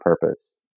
purpose